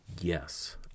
yes